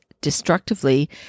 destructively